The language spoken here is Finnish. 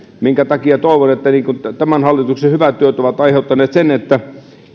tämän takia toivon että kun tämän hallituksen hyvät työt ovat aiheuttaneet sen että